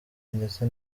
ndetse